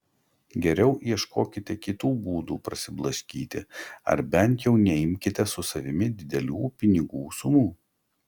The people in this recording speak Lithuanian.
geriau ieškokite kitų būdų prasiblaškyti ar bent jau neimkite su savimi didelių pinigų sumų